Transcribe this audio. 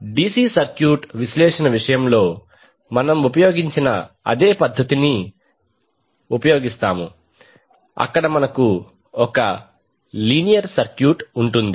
DC circuit విశ్లేషణ విషయంలో మనము ఉపయోగించిన అదే పద్ధతిని ఉపయోగిస్తాము అక్కడ మనకు ఒక లీనియర్ సర్క్యూట్ ఉంటుంది